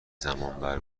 زمانبر